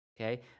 okay